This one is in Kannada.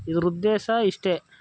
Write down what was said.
ಇದ್ರ ಉದ್ದೇಶ ಇಷ್ಟೇ